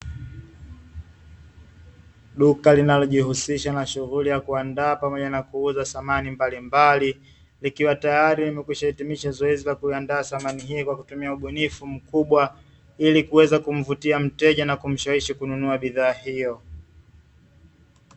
Duka linalojihusisha na shughuli ya kuandaa pamoja na kuuza samani mbalimbali, ikiwa tayari limekwisha hitimisha zoezi la kuiandaa samani hii kwa ubunifu mkubwa ili kuweza kumvutia mteja na kumshawishi kununua bidhaa hiyo.